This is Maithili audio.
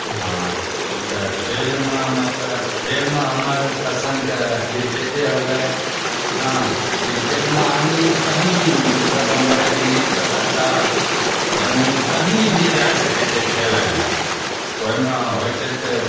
हँ तऽ खेलमे मतलब खेलमे हमर पसन्दके क्रिकेटे होलै हँ तऽ क्रिकेटमे आदमी कहीं मतलब बम्बइ दिल्ली कलकत्ता जम्मू कहीं भी जाय सकै छै खेलै लए तऽ ओहिमे होइ छै